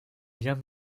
bien